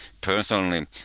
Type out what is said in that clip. personally